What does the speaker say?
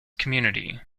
community